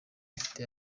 ifite